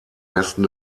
westen